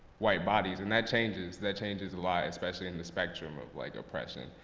white bodies. and that changes. that changes a lot, especially in the spectrum of like oppression.